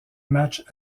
matchs